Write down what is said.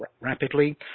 rapidly